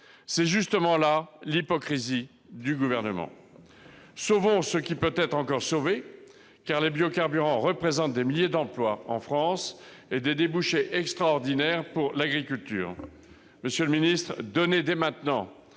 C'est justement là toute l'hypocrisie du Gouvernement. Sauvons ce qui peut encore être sauvé, car les biocarburants représentent des milliers d'emplois en France et des débouchés extraordinaires pour l'agriculture. Monsieur le ministre d'État, donnez dès maintenant